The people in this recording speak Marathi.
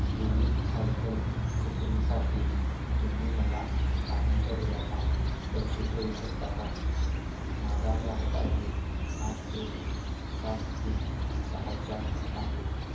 बिलिंग सायकल एप्रिलसाठी तुम्ही मला पाण्याच्या बिलाचा तपशील देऊ शकता का माझा ग्राहक आय डी आठ एक सात तीन सहा चार आहे